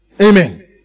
Amen